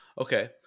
okay